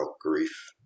grief